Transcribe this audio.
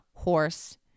horse